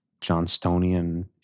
Johnstonian